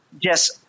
Yes